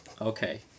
Okay